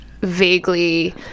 vaguely